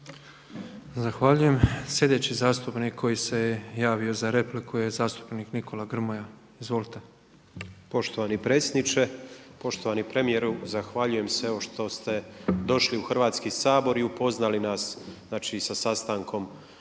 Zahvaljujem. Sljedeći zastupnik koji se je javio za repliku je zastupnik Nikola Grmoja. Izvolite. **Grmoja, Nikola (MOST)** Poštovani predsjedniče. Poštovani premijeru, zahvaljujem se evo što ste došli u Hrvatski sabor i upoznali nas znači sa sastankom